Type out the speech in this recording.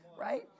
Right